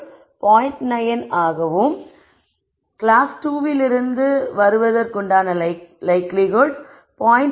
9 ஆகவும் கிளாஸ் 2 விலிருந்து வருவதற்கு லைக்லிஹுட் 0